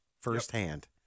firsthand